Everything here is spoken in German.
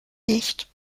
nicht